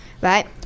Right